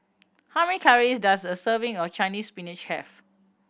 how many calories does a serving of Chinese Spinach have